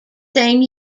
same